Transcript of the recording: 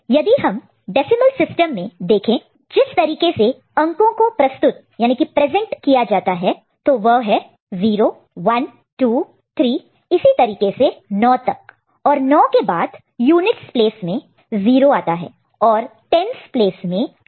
यदि हम decimal system में देखें जिस तरीके से अंको डिजिटस digits को प्रस्तुत प्रेजेंट present किया है तो वह है 0 1 2 3 और इसी तरीके से 9 तक और 9 के बाद यूनिटस प्लेस में 0 आता है और 10's प्लेस में 1 आ जाता है